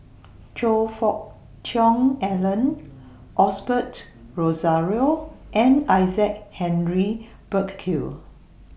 Choe Fook Cheong Alan Osbert Rozario and Isaac Henry Burkill